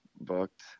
booked